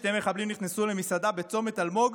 שני מחבלים נכנסו למסעדה בצומת אלמוג,